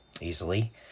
easily